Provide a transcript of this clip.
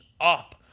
up